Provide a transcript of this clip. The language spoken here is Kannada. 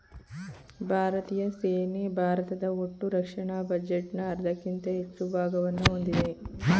ಭಾರತೀಯ ಸೇನೆ ಭಾರತದ ಒಟ್ಟುರಕ್ಷಣಾ ಬಜೆಟ್ನ ಅರ್ಧಕ್ಕಿಂತ ಹೆಚ್ಚು ಭಾಗವನ್ನ ಹೊಂದಿದೆ